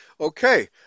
Okay